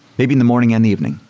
maybe in the morning and the evening.